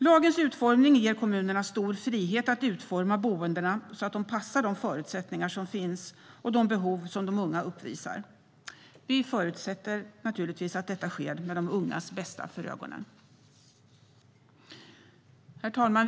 Lagens utformning ger kommunerna stor frihet att anpassa boendena så att de passar de förutsättningar som finns och de behov som de unga uppvisar. Vi förutsätter att detta naturligtvis sker med de ungas bästa för ögonen. Herr talman!